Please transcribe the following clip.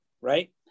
Right